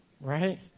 Right